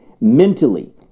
mentally